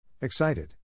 Excited